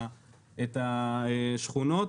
את השכונות